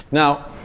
now,